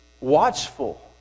watchful